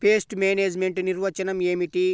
Pest management నిర్వచనం ఏమిటి?